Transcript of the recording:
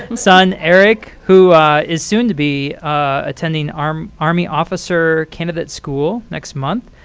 and son, eric, who is soon to be attending army army officer candidate school next month,